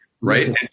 Right